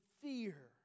fear